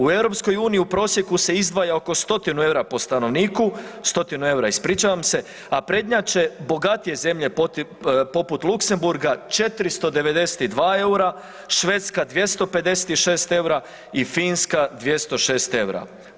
U EU u prosjeku se izdvaja oko stotinu eura po stanovniku, stotinu eura, ispričavam se, a prednjače bogatije zemlje poput Luksemburga 492 eura, Švedska 256 eura i Finska 206 eura.